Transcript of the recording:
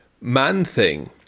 Man-Thing